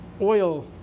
oil